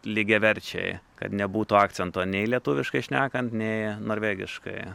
lygiaverčiai kad nebūtų akcento nei lietuviškai šnekant nei norvegiškai